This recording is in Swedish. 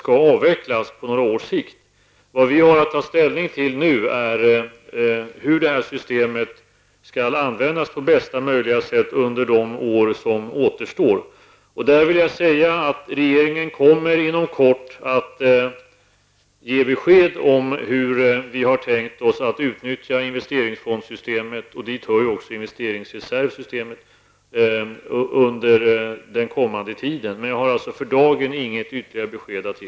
Nu har vi att ta ställning till hur systemet skall användas på bästa möjliga sätt under de år som återstår. Jag vill säga att regeringen inom kort kommer att ge besked om hur vi har tänkt oss att utnyttja investeringsfondssystemet, och dit hör ju också investeringsreservssystemet. För dagen har jag alltså inget ytterligare besked att ge.